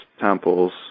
temples